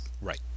Right